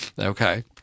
Okay